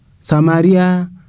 Samaria